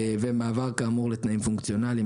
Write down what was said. מעבר כאמור לתנאים פונקציונליים,